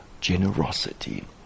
generosity